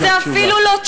את רוצה תשובה מפה?